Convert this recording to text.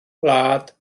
gwlad